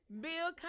Bill